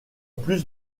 plus